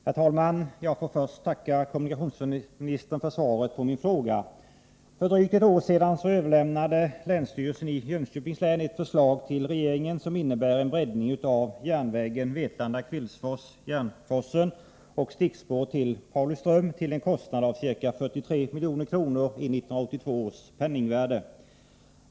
Herr talman! Jag får först tacka kommunikationsministern för svaret på min fråga. För drygt ett år sedan överlämnade länsstyrelsen i Jönköpings län ett förslag till regeringen, som innebär en breddning av järnvägen Vetlanda-Kvillsfors-Järnforsen och stickspår till Pauliström till en kostnad av ca 43 milj.kr. i 1982 års penningvärde.